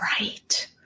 right